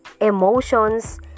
emotions